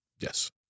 yes